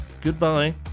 goodbye